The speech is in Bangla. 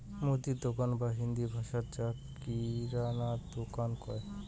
মুদির দোকান বা হিন্দি ভাষাত যাক কিরানা দুকান কয়